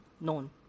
known